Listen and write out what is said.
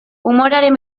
umorearen